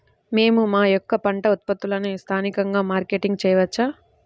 మేము మా యొక్క పంట ఉత్పత్తులని స్థానికంగా మార్కెటింగ్ చేయవచ్చా?